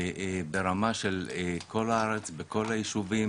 ברמה של כל הארץ, כל הישובים,